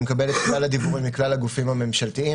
אני מקבל את כלל הדיוורים מכלל הגופים הממשלתיים.